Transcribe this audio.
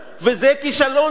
וזה כישלון שלו.